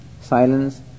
silence